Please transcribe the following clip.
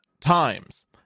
times